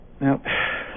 Now